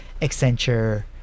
Accenture